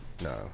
No